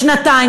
לשנתיים.